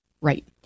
right